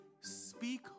Speak